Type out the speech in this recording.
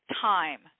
time